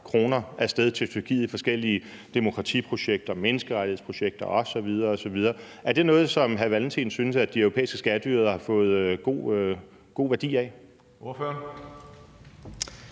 kr. af sted til Tyrkiet i forskellige demokratiprojekter, menneskerettighedsprojekter osv. osv. Er det noget, som hr. Kim Valentin synes at de europæiske skatteydere har fået god værdi af?